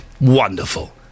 Wonderful